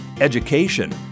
education